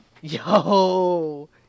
Yo